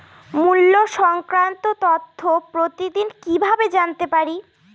মুল্য সংক্রান্ত তথ্য প্রতিদিন কিভাবে জানতে পারি?